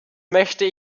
möchte